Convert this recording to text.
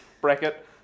bracket